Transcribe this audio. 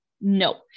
No